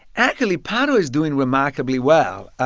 actually, padua is doing remarkably well.